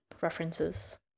references